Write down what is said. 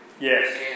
Yes